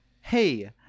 Hey